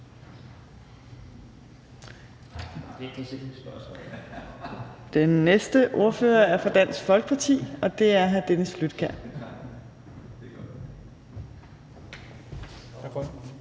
Den næste ordfører er fra Dansk Folkeparti, og det er hr. Dennis Flydtkjær.